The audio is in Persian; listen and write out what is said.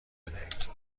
بدهید